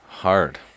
Hard